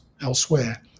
elsewhere